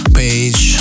page